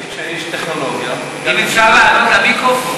אני, כאיש טכנולוגיה, אם אפשר לעלות למיקרופון.